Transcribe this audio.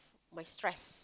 my stress